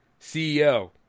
CEO